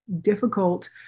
difficult